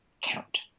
count